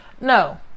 No